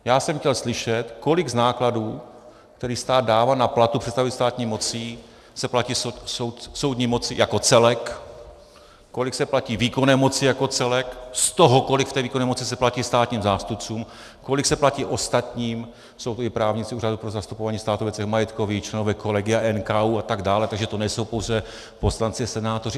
Já jsem chtěl slyšet, kolik z nákladů, které stát dává na platy představitelů státní moci, se platí soudní moci jako celek, kolik se platí výkonné moci jako celek, z toho kolik z té výkonné moci se platí státním zástupcům, kolik se platí ostatním jsou to i právníci Úřadu pro zastupování státu ve věcech majetkových, členové kolegia NKÚ a tak dále, takže to nejsou pouze poslanci a senátoři.